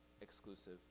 exclusive